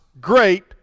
great